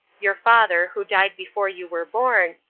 your father, who died before you were born,